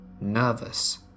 Nervous